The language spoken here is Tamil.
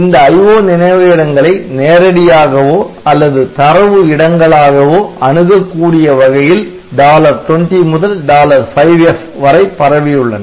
இந்த IO நினைவக இடங்களை நேரடியாகவோ அல்லது தரவு இடங்களாகவோ அணுகக்கூடிய வகையில் 20 முதல் 5F வரை பரவியுள்ளன